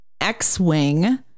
X-Wing